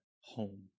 home